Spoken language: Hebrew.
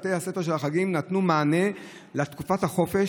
בתי הספר של החגים נתנו מענה לתקופת החופש,